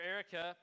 Erica